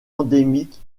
endémique